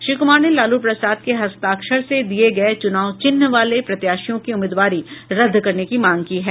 श्री कुमार ने लालू प्रसाद के हस्ताक्षर से दिये गये चुनाव चिन्ह वाले प्रत्याशियों की उम्मीदवारी रद्द करने की मांग की है